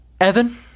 Evan